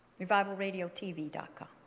RevivalRadioTV.com